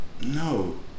No